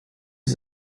ist